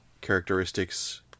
characteristics